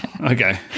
Okay